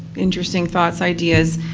interesting thoughts, ideas.